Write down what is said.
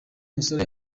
musore